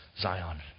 Zion